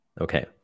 Okay